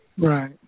Right